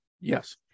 Yes